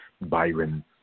Byron